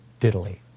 diddly